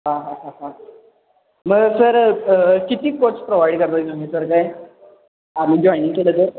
हां हा हा हा मग सर किती कोच प्रोव्हाइड करत आहे तुम्ही सर काय आम्ही जॉइनिंग केलं तर